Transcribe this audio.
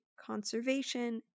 conservation